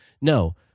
No